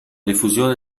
diffusione